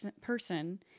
person